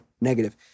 negative